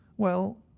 well,